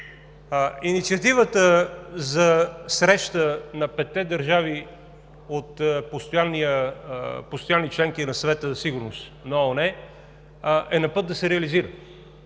Инициативата за среща на петте държави – постоянни членки на Съвета за сигурност на ООН, е на път да се реализира.